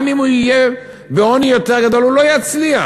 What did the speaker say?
גם אם הוא יהיה בעוני יותר גדול, הוא לא יצליח.